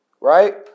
right